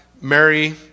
Mary